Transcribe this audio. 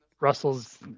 Russell's